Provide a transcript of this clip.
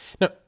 Now